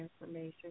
information